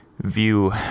view